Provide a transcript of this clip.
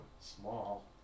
small